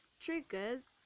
triggers